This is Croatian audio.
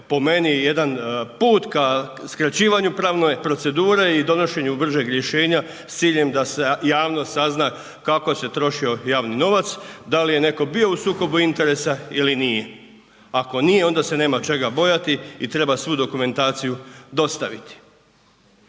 po meni jedan put ka skraćivanju pravne procedure i donošenju bržeg rješenja s ciljem da javnost sazna kako se trošio javni novac, da li je netko bio u sukobu interesa ili nije, ako nije onda se nema čega bojati i treba svu dokumentaciju dostaviti